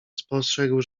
spostrzegł